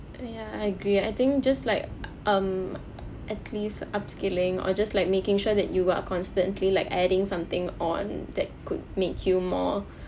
ya I agree I think just like um at least upskilling or just like making sure that you are constantly like adding something on that could make you more